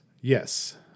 Yes